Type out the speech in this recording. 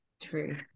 True